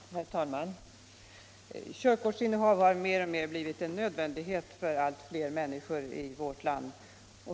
Herr talmn! Körkortsinnehav har mer och mer blivit en nödvändighet för allt fler människor i vårt land.